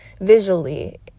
visually